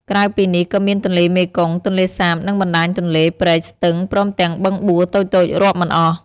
ក្រៅពីនេះ ក៏មានទន្លេមេគង្គ ទន្លេសាប និងបណ្ដាញទន្លេ ព្រែក ស្ទឹង ព្រមទាំងបឹងបួរតូចៗរាប់មិនអស់។